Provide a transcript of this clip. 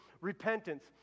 repentance